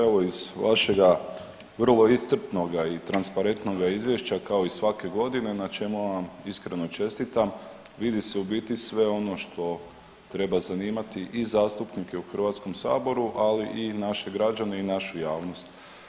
Evo iz vašega vrlo iscrpnoga i transparentnoga izvješća kao i svake godine na čemu vam iskreno čestitam, vidi se u biti sve ono što treba zanimati i zastupnike u HS-u, ali i naše građane i našu javnost.